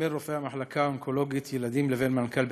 בין רופאי המחלקה האונקולוגית ילדים לבין מנכ"ל בית-החולים.